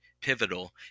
pivotal